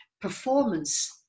performance